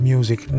Music